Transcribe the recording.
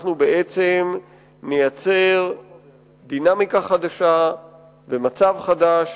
אנחנו בעצם נייצר דינמיקה חדשה ומצב חדש